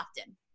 often